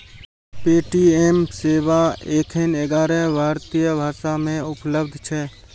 Paytm सेवा एखन ग्यारह भारतीय भाषा मे उपलब्ध छै